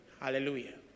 Hallelujah